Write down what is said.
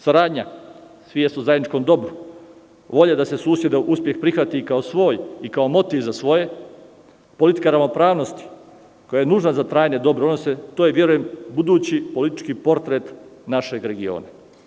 Saradnja u zajedničkom dobru, volja da se susedov uspeh prihvati kao svoj i kao motiv za svoje, politika ravnopravnosti koja je nužna za trajne odnose, verujem da je to budući politički portret našeg regiona.